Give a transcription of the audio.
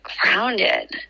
grounded